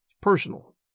Personal